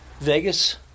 Vegas